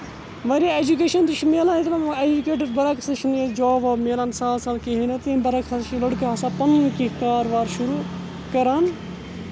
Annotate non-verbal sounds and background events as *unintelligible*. واریاہ ایجُکیشن تہِ چھِ مِلان *unintelligible* ایجُکیٹٔڈ برعکٔس چھُ نہٕ ییٚتہِ جوب ووب مِلان سَہل سَہل کِہیںۍ تہِ تَمہِ برعکس ہسا چھ آسان لڑکہٕ پنُن کیٚنٛہہ کار وار شُروع کران